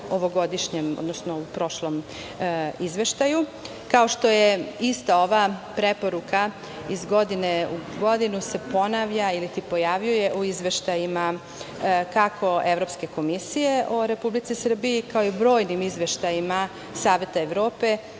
ovogodišnjem, odnosno u prošlom izveštaju. Kao što je ista ova preporuka iz godine u godinu se ponavlja iliti pojavljuje u izveštajima kako Evropske komisije o Republici Srbiji, kao i brojnim izveštajima Saveta Evrope